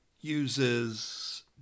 uses